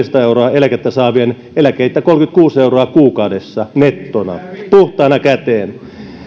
euroa eläkettä saavien eläkkeitä kolmekymmentäkuusi euroa kuukaudessa nettona puhtaana käteen